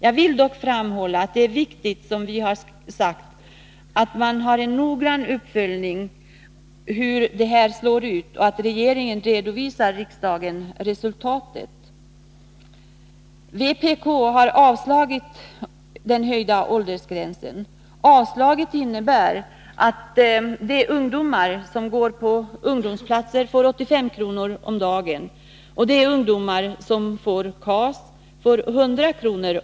Jag vill dock framhålla vad vi har skrivit om att det är viktigt att man noggrant följer upp hur det här slår och att regeringen redovisar resultatet för riksdagen. Vpk yrkar avslag på den höjda åldersgränsen. Avslaget innebär att de ungdomar som går på s.k. ungdomsplatser får 85 kr. om dagen och de ungdomar som har KAS får 100 kr.